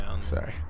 sorry